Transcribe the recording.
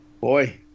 Boy